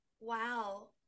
Wow